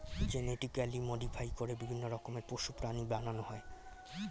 genetically modify করে বিভিন্ন রকমের পশু, প্রাণী বানানো হয়